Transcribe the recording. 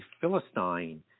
philistine